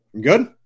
Good